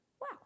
wow